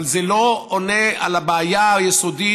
אבל זה לא עונה על הבעיה היסודית,